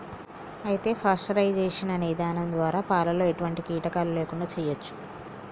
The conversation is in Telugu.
అయితే పాస్టరైజేషన్ అనే ఇధానం ద్వారా పాలలో ఎటువంటి కీటకాలు లేకుండా చేయచ్చు